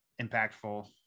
impactful